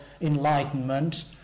enlightenment